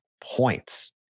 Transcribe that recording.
points